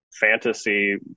fantasy